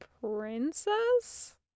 Princess